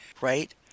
right